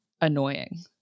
annoying